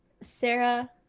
Sarah